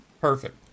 perfect